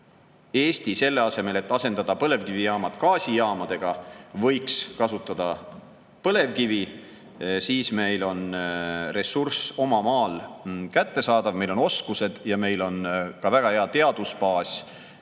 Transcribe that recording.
Eesti, selle asemel, et asendada põlevkivijaamad gaasijaamadega, võiks kasutada põlevkivi, siis meil on ressurss oma maal kättesaadav, meil on oskused ja meil on ka väga hea teadusbaas,